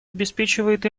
обеспечивает